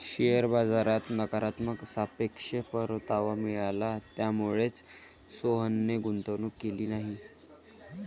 share बाजारात नकारात्मक सापेक्ष परतावा मिळाला, त्यामुळेच सोहनने गुंतवणूक केली नाही